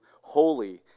holy